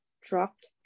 dropped